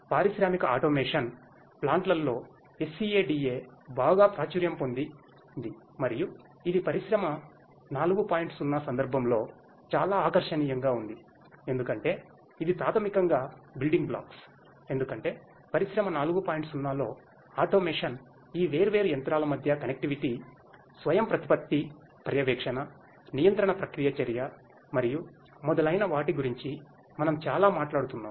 పారిశ్రామిక ఆటోమేషన్ స్వయంప్రతిపత్తి పర్యవేక్షణ నియంత్రణ ప్రతిక్రియ చర్య మరియు మొదలైన వాటి గురించి మనం చాలా మాట్లాడుతున్నాము